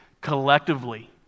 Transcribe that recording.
collectively